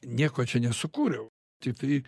nieko čia nesukūriau tiktai